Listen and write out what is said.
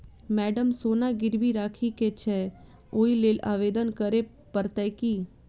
Madam सोना गिरबी राखि केँ छैय ओई लेल आवेदन करै परतै की?